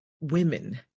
women